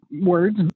words